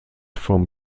vom